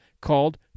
called